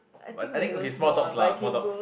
but I think okay small dogs lah small dogs